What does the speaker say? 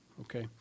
Okay